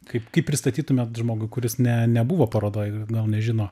kaip kaip pristatytumėt žmogui kuris ne nebuvo parodoj gal nežino